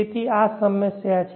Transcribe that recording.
તેથી આ સમસ્યા છે